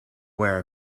wear